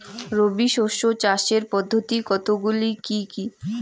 রবি শস্য চাষের পদ্ধতি কতগুলি কি কি?